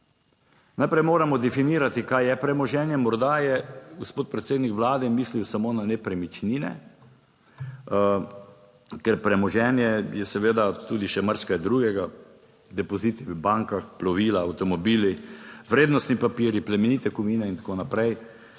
Najprej moramo definirati, kaj je premoženje, morda je gospod predsednik Vlade mislil samo na nepremičnine, ker premoženje je seveda tudi še marsikaj drugega, depoziti v bankah, plovila, avtomobili, vrednostni papirji, plemenite kovine in tako naprej,